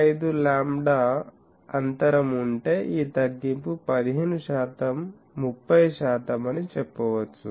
5 lambda అంతరం ఉంటే ఈ తగ్గింపు 15 శాతం 30 శాతం అని చెప్పవచ్చు